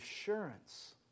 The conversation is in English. assurance